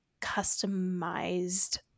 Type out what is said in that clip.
customized